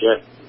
Yes